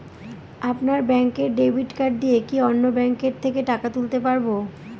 আপনার ব্যাংকের debit card দিয়ে কি অন্য ব্যাংকের থেকে টাকা তুলতে পারবো?